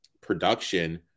production